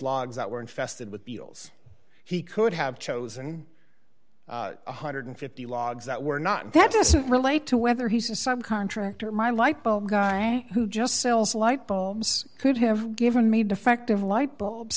logs that were infested with feels he could have chosen one hundred and fifty logs that were not that doesn't relate to whether he's a subcontractor my light bulb guy who just sells light bulbs could have given me defective light bulbs